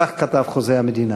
כך כתב חוזה המדינה,